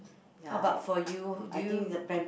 how about for you do you